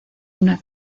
una